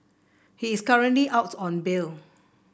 he is currently out on bail